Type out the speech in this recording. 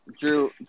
Drew